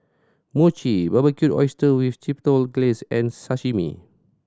Mochi Barbecued Oyster with Chipotle Glaze and Sashimi